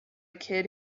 kid